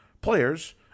players